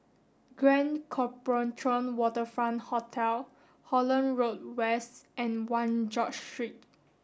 Grand Copthorne Waterfront Hotel Holland Road West and One George Street